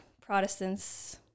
Protestants